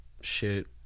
shoot